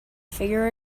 figure